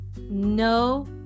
no